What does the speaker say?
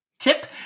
Tip